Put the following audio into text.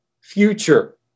future